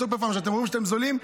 סופר-פארם, אתם אומרים שאתם זולים?